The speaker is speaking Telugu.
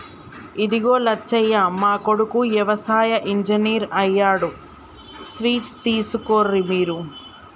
ఇదిగో లచ్చయ్య మా కొడుకు యవసాయ ఇంజనీర్ అయ్యాడు స్వీట్స్ తీసుకోర్రి మీరు